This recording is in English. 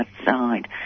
outside